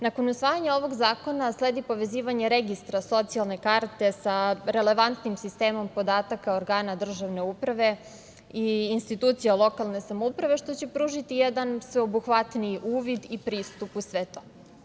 Nakon usvajanja ovog zakona sledi povezivanja registra socijalne karte sa relevantnim sistemom podataka organa državne uprave i institucija lokalne samouprave, što će pružiti jedan sveobuhvatniji uvid i pristup u sve to.